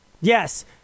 Yes